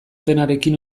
penarekin